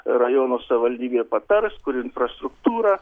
rajono savivaldybė patars kur infrastruktūra